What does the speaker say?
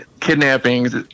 Kidnappings